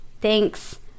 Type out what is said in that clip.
thanks